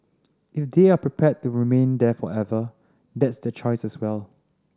if they are prepared to remain there forever that's their choice as well